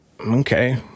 okay